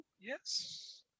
Yes